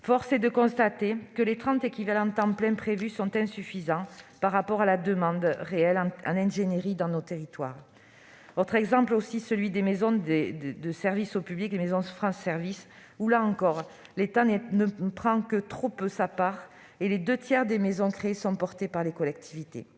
force est de constater que les 30 équivalents temps plein prévus sont insuffisants par rapport à la demande en ingénierie dans nos territoires. Un autre exemple est celui des maisons de services au public, dites aussi France Services. Là encore, l'État prend trop peu sa part et les deux tiers des maisons créées sont financées par les collectivités.